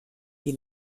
die